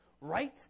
right